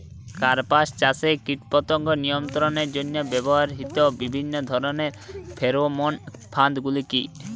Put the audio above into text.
কাপাস চাষে কীটপতঙ্গ নিয়ন্ত্রণের জন্য ব্যবহৃত বিভিন্ন ধরণের ফেরোমোন ফাঁদ গুলি কী?